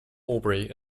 aubrey